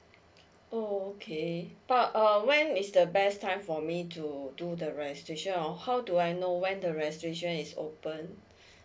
oh okay but um when is the best time for me to do the registration or how do I know when the registration is open